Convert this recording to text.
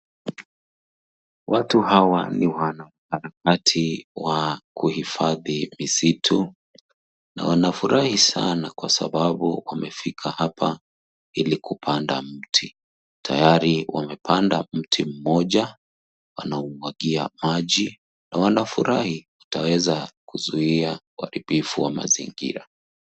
Watu hawa ni wanaharakati wa kuhifadhi misitu na wanafurahi sana kwa sababu wamefika hapa ilikupanda mti. Tayari wamepanda mti moja, wanaumwagia maji na wanafurahi utaweza kuzuia uharibifu wa mazingira.